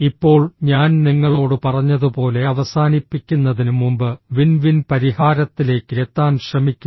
ഇപ്പോൾ ഞാൻ നിങ്ങളോട് പറഞ്ഞതുപോലെ അവസാനിപ്പിക്കുന്നതിന് മുമ്പ് വിൻ വിൻ പരിഹാരത്തിലേക്ക് എത്താൻ ശ്രമിക്കുക